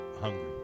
hungry